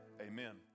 Amen